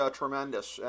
tremendous